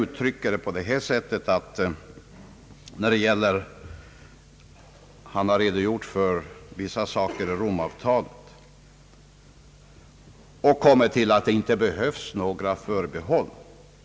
Herr Holmberg har redogjort för vissa saker i Rom-avtalet och kommit fram till att det inte behövs några förbehåll.